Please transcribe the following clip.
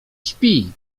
śpi